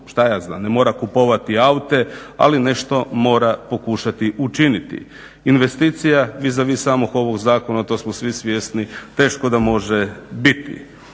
trenutku ne mora kupovati aute, ali nešto mora pokušati učiniti. Investicija vizavi samog ovog zakona, to smo svi svjesni, teško da može biti.